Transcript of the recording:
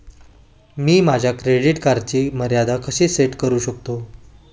मी माझ्या क्रेडिट कार्डची मर्यादा कशी सेट करू शकतो?